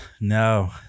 No